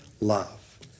love